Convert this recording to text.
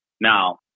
Now